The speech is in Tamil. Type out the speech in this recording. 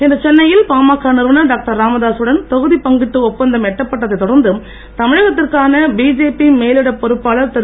இன்று சென்னையில் பாமக நிறுவனர் டாக்டர் ராமதாஸ் உடன் தொகுதிப் பங்கீட்டு ஒப்பந்தம் எட்டப்பட்டதை தொடர்ந்து தமிழகத்திற்கான பிஜேபி மேலிடப் பொறுப்பாளர் திரு